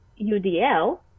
UDL